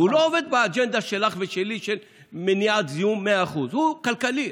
הוא לא עובד באג'נדה שלך ושלי של מניעת זיהום 100%; הוא כלכלי.